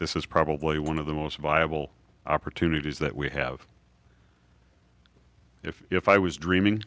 this is probably one of the most viable opportunities that we have if i was dreaming